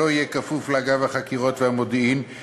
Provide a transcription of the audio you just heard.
שלא יהיה כפוף לאגף החקירות והמודיעין,